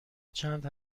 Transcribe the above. چند